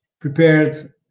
prepared